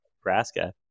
Nebraska